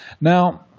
Now